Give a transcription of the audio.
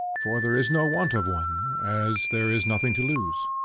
for there is no want of one, as there is nothing to lose.